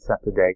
Saturday